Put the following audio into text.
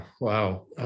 wow